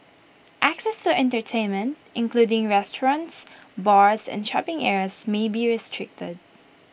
access to entertainment including restaurants bars and shopping areas may be restricted